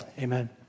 Amen